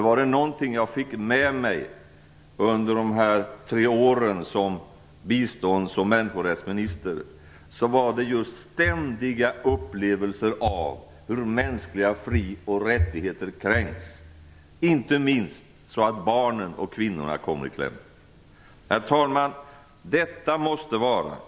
Var det någonting jag fick med mig under de tre åren som bistånds och människorättsminister var det just ständiga upplevelser av hur mänskliga fri och rättigheter kränks, inte minst så att barnen och kvinnorna kommer i kläm. Herr talman!